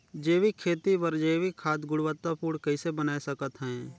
जैविक खेती बर जैविक खाद गुणवत्ता पूर्ण कइसे बनाय सकत हैं?